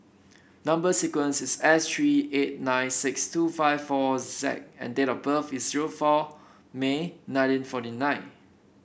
number sequence is S three eight nine six two five four Z and date of birth is zero four May nineteen forty nine